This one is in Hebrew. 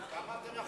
לא.